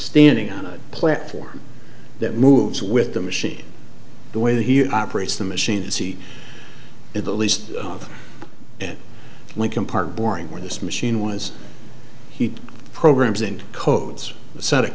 standing on a platform that moves with the machine the way he operates the machine see it the least in lincoln park boring where this machine was he programs and codes set it